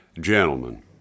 Gentlemen